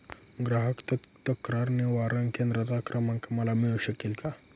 ग्राहक तक्रार निवारण केंद्राचा क्रमांक मला मिळू शकेल का?